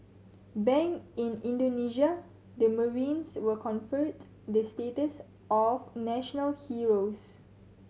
back in Indonesia the marines were conferred the status of national heroes